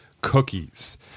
cookies